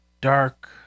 dark